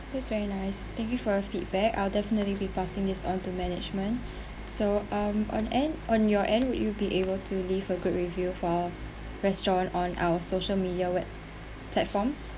that's very nice thank you for your feedback I'll definitely be passing this on to management so uh on end on your end would you be able to leave a good review for our restaurant on our social media web platforms